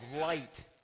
light